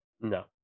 No